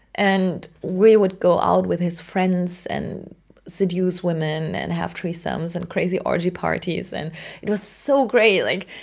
and we would go out with his friends and seduce women and have threesomes and crazy orgy parties. and it was so great. like,